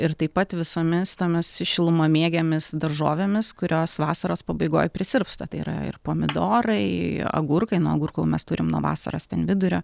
ir taip pat visomis tomis šilumamėgėmis daržovėmis kurios vasaros pabaigoj prisirpsta tai yra ir pomidorai agurkai nu agurkų mes turim nuo vasaros ten vidurio